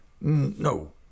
No